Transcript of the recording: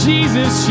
Jesus